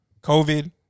COVID